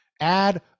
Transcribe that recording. add